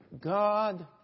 God